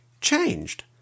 changed